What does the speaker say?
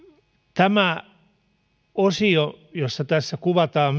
tämä osio jossa kuvataan